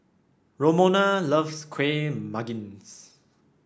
Romona loves Kueh Manggis